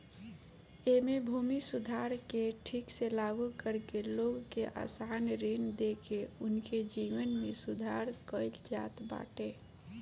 एमे भूमि सुधार के ठीक से लागू करके लोग के आसान ऋण देके उनके जीवन में सुधार कईल जात बाटे